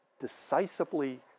decisively